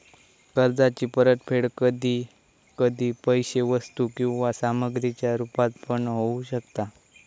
कर्जाची परतफेड कधी कधी पैशे वस्तू किंवा सामग्रीच्या रुपात पण होऊ शकता